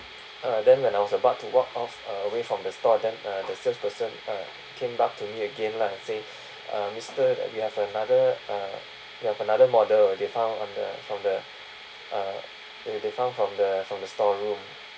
uh then when I was about to walk off uh away from the store them uh the salesperson uh came back to me again lah and say uh mister that we have another uh we have another model they found on the from the uh they found from the from the storeroom